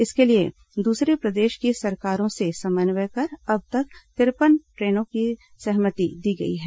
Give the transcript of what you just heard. इसके लिए दूसरे प्रदेश की सरकारों से समन्वय कर अब तक तिरपन ट्रेनों की सहमति दी गई है